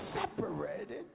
separated